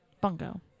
Bungo